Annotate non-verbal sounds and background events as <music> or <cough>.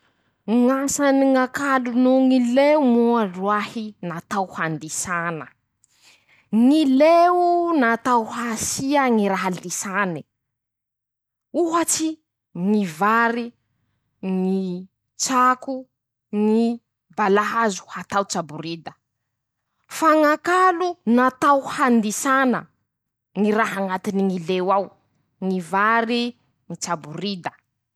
Ñ'asany ñ'akalo noho ñy leo moa roahy: -Natao handisana ñy leo o. natao hasia <shushes> ñy raha lisane. ohatsy ñy vary. ñy tsako. ñy balahazo atao tsaborida ;fa ñ'akalo natao handisàna ñy raha añatiny ñy leo ao ;ñy vary. ñy tsaborida.